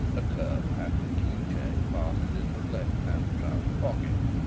a curb-pattern key-chain passes into the left-hand trouser pocket.